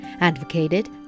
advocated